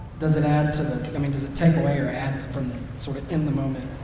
does it add to, i mean does it take away or add from the sort of in the moment?